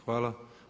Hvala.